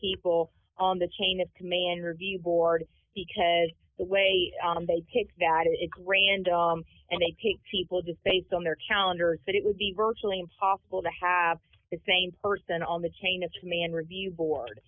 people on the chain of command review board because the way they pick that is gray and and they pick people just based on their calendars but it would be virtually impossible to have the same person on the chain of command review board